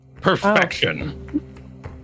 perfection